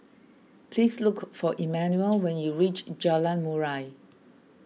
please look for Emanuel when you reach Jalan Murai